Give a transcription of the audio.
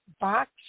box